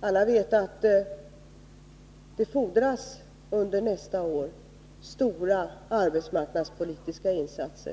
Alla vet att det fordras stora arbetsmarknadspolitiska insatser under nästa år.